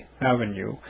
Avenue